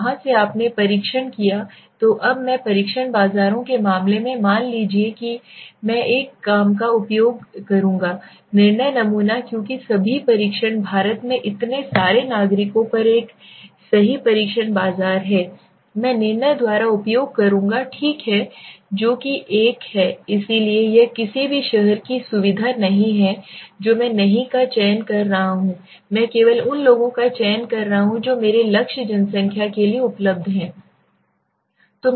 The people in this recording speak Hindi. वहाँ से आपने परीक्षण किया तो अब मैं परीक्षण बाजारों के मामले में मान लीजिए कि मैं एक का उपयोग करूँगा निर्णय नमूना क्योंकि सभी परीक्षण भारत में इतने सारे नागरिकों पर एक सही परीक्षण बाजार है मैं निर्णय द्वारा उपयोग करूँगा ठीक है जो कि एक है इसलिए यह किसी भी शहर की सुविधा नहीं है जो मैं नहीं का चयन कर रहा हूँ मैं केवल उन लोगों का चयन कर रहा हूँ जो मेरे लक्ष्य जनसंख्या के लिए उपयुक्त हैं